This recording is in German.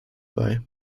bei